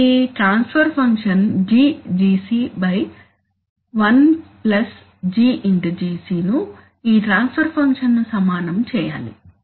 ఈ transfer function GGc 1 GGcను ఈ ట్రాన్స్ఫర్ ఫంక్షన్ను సమానం చేయాలి